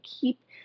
keep